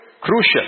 crucial